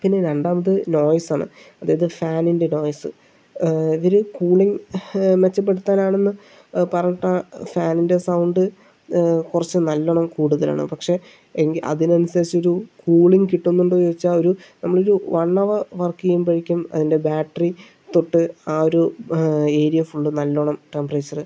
പിന്നേ രണ്ടാമത് നോയിസ് ആണ് അതായത് ഫാനിന്റെ നോയിസ് ഇവര് കൂളിംഗ് മെച്ചപ്പെടുത്താൻ ആണെന്ന് പറഞ്ഞിട്ടാണ് ഫാനിന്റെ സൗണ്ട് കുറച്ച് നല്ലോണം കൂടുതലാണ് പക്ഷേ എങ്കിൽ അതിനനുസരിച്ചൊരു കൂളിംഗ് കിട്ടുന്നുണ്ടോ എന്ന് ചോദിച്ചാൽ ഒരു നമ്മളൊരു വൺ അവർ വർക്ക് ചെയ്യുമ്പോഴേക്കും അതിന്റെ ബാറ്ററി തൊട്ട് ആ ഒരു ഏരിയ ഫുൾ നല്ലോണം ടെമ്പറേച്ചർ